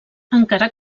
encara